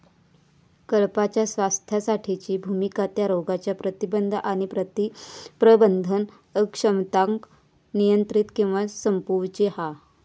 कळपाच्या स्वास्थ्यासाठीची भुमिका त्या रोगांच्या प्रतिबंध आणि प्रबंधन अक्षमतांका नियंत्रित किंवा संपवूची हा